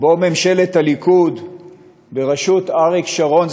שבו ממשלת הליכוד בראשות אריק שרון,